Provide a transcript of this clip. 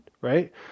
right